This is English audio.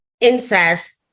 incest